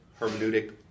hermeneutic